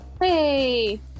Hey